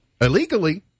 Illegally